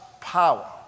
power